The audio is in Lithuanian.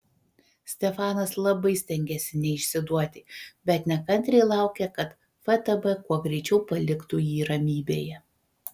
stefanas labai stengėsi neišsiduoti bet nekantriai laukė kad ftb kuo greičiau paliktų jį ramybėje